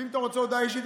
ואם אתה רוצה הודעה אישית,